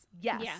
Yes